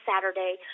Saturday